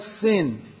sin